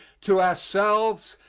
to ourselves,